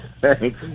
Thanks